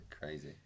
Crazy